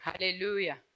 Hallelujah